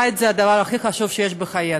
הבית זה הדבר הכי חשוב בחיינו.